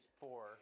four